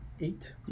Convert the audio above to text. eight